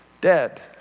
dead